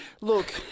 look